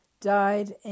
died